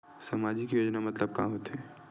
सामजिक योजना मतलब का होथे?